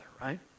right